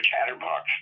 Catterbox